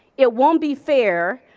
it won't be fair,